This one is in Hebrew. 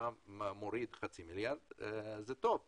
מוריד חצי מיליארד, זה עדין טוב.